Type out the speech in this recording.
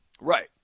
Right